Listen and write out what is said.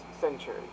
century